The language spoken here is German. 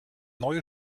neue